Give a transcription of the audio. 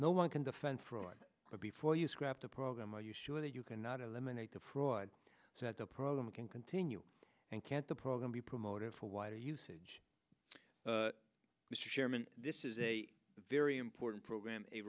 no one can defend fraud but before you scrap the program are you sure that you cannot eliminate the fraud so that the problem can continue and can't the program be promoted for wider usage mr chairman this is a very important program a